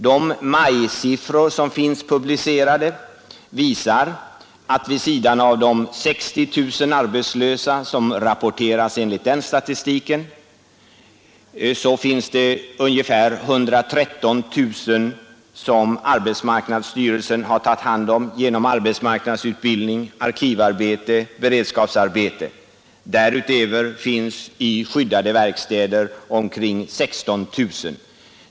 De majsiffror som finns publicerade visar, att vid sidan av de 60 000 arbetslösa som rapporteras enligt den statistiken finns det ungefär 113 000 som arbetsmarknadsstyrelsen har tagit hand om genom arbetsmarknadsutbildning, arkivarbete och beredskapsarbete. Därutöver finns i skyddade verkstäder omkring 16 000.